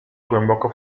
głęboko